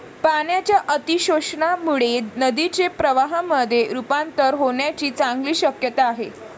पाण्याच्या अतिशोषणामुळे नदीचे प्रवाहामध्ये रुपांतर होण्याची चांगली शक्यता आहे